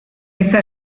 giza